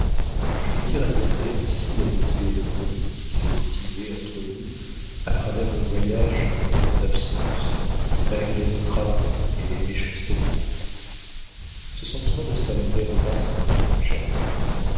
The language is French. je désire attester ainsi l'amitié vraie qui s'est continuée entre nous à travers nos voyages et nos absences malgré nos travaux et les méchancetés du monde ce sentiment ne s'altérera sans doute jamais